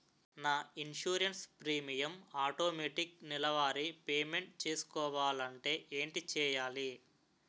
నా insurance premium automatic నెలవారి payment చేసుకోవాలంటే ఏంటి చేయాలి?